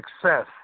success